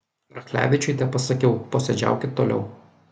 rachlevičiui tepasakiau posėdžiaukit toliau